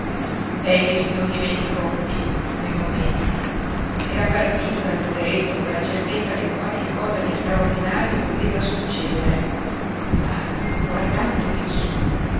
non dimenticò piú quei momenti era partito dal poderetto con la certezza che qualche cosa di straordinario doveva succedere ma guardando in su